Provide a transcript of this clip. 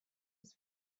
was